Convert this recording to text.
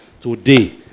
today